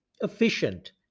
efficient